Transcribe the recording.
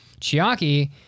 Chiaki